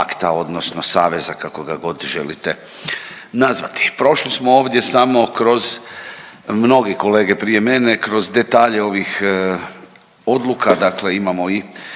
odnosno saveza kako ga god želite nazvati. Prošli smo ovdje samo kroz mnogi kolege prije mene kroz detalje ovih odluka, dakle imamo i